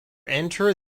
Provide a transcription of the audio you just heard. enter